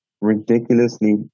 ridiculously